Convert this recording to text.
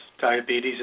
diabetes